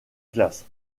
glace